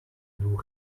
nous